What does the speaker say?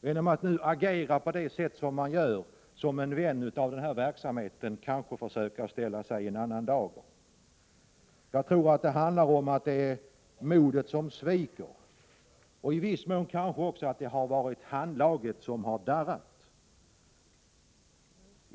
Genom att nu agera på det sätt som han gör, som en vän av denna verksamhet, kanske han försöker att ställa sig i en annan dager. Jag tror för båda att det handlar om att modet sviker och i viss mån om att handlaget darrar.